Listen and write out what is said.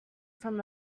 from